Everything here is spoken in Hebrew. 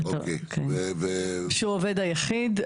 שהוא העובד היחיד,